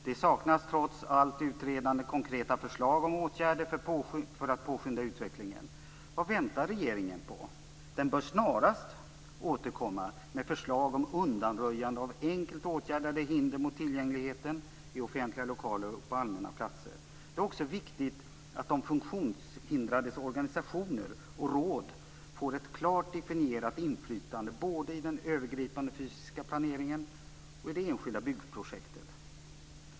Det saknas, trots allt utredande, konkreta förslag om åtgärder för att påskynda utvecklingen. Vad väntar regeringen på? Den bör snarast återkomma med förslag om undanröjande av enkelt åtgärdade hinder för tillgängligheten i offentliga lokaler och på allmänna platser. Det är också viktigt att de funktionshindrades organisationer och råd får ett klart definierat inflytande både i fråga om den övergripande fysiska planeringen och i fråga om det enskilda byggprojektet.